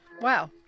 Wow